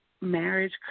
marriage